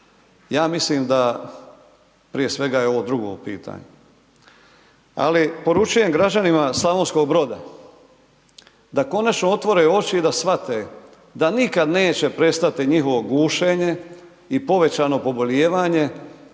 Ja mislim da prije svega je ovo drugo u pitanju ali poručujem građanima Slavonskog Broda da konačno otvore oči da shvate da nikad neće prestati njihovo gušenje i povećanje pobolijevanje